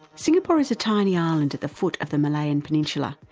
singapore is a tiny island at the foot of the malayan peninsula.